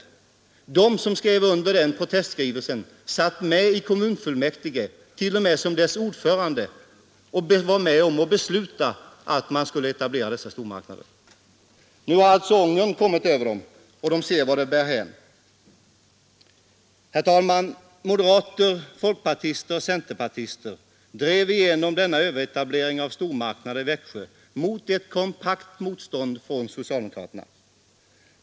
Undertecknare av den skrivelsen satt med i kommunfullmäktige, bland dem t.o.m. dess ordförande — och hade varit med om att besluta om etablerandet av dessa stormarknader. Nu har alltså ångern kommit över dem, och de ser vart det bär hän. Herr talman! Moderater, folkpartister och centerpartister drev igenom denna överetablering i Växjö mot ett kompakt motstånd från socialdemokraterna.